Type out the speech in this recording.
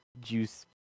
juice